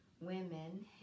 women